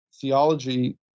theology